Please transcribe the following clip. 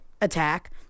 attack